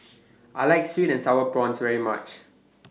I like Sweet and Sour Prawns very much